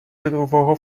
житлового